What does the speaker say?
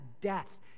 death